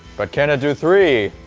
but can it do three!